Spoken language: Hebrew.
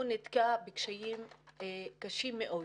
הוא נתקל בקשיים קשים מאוד.